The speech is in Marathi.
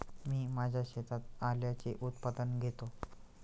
मी माझ्या शेतात आल्याचे उत्पादन घेतो